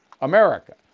America